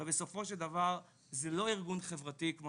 הרי בסופו של דבר זה לא ארגון חברתי כמו